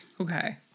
Okay